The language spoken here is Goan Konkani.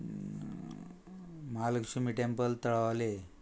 महालक्ष्मी टॅम्पल तळावले